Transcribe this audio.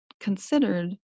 considered